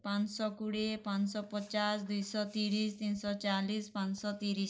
ପାଁଶ କୁଡ଼ିଏ ପାଁଶ ପଚାଶ୍ ଦୁଇ ଶହ ତିରିଶ୍ ତିନ୍ ଶହ ଚାଳିଶ୍ ପାଁଶ ତିରିଶ୍